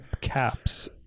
caps